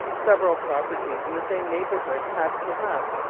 several properties in the same neighbourhood have, perhaps,